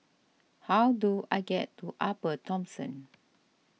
how do I get to Upper Thomson